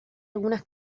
algunas